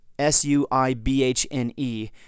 S-U-I-B-H-N-E